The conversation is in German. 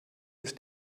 ist